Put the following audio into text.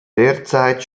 derzeit